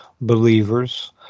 believers